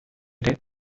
ere